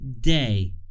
day